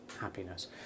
happiness